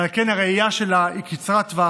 ועל כן הראייה שלה היא קצרת טווח,